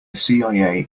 cia